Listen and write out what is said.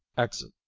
exit.